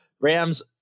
Rams